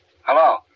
hello